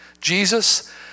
Jesus